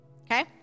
Okay